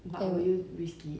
!aiyo!